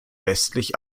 westlich